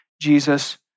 Jesus